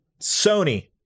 Sony